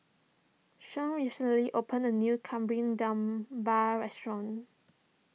Shon recently opened a new Kari Debal restaurant